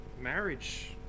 marriage